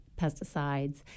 pesticides